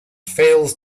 fails